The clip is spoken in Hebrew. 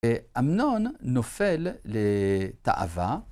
ואמנון נופל לתאווה.